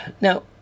Now